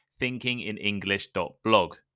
thinkinginenglish.blog